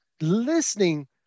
listening